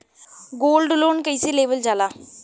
Gold loan कईसे लेवल जा ला?